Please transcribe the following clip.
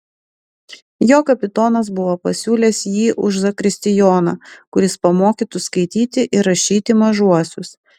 jo kapitonas buvo pasiūlęs jį už zakristijoną kuris pamokytų skaityti ir rašyti mažuosius